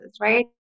right